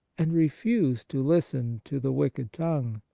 and refuse to listen to the wicked tongue.